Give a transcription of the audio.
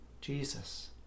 Jesus